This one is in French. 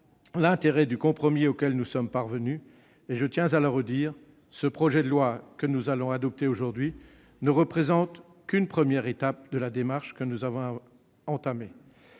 l'intérêt du compromis auquel nous sommes parvenus. Je tiens à le redire : le projet de loi que nous allons adopter aujourd'hui ne représente qu'une première étape de la démarche que nous avons engagée.